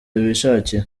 bishakiye